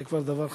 זה כבר דבר חמור.